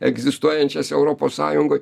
egzistuojančias europos sąjungoj